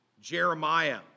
Jeremiah